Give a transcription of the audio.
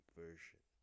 version